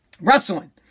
Wrestling